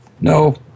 No